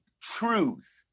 truth